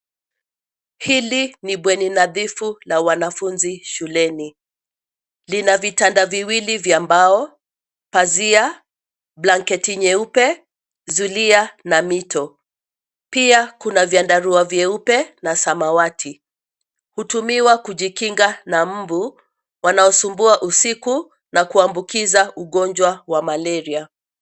Hili ni bweni nadhifu la wanafunzi shuleni. Lina vitanda viwili vya mbao, pazia, blanketi nyeupe, zulia na mito. Pia kuna vyandarua vyeupe na samawati. Hutumiwa kujikinga na mbu wanaosumbua usiku na kuambukiza ugonjwa wa malaria.